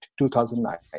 2009